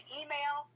email